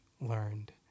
learned